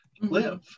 live